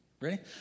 ready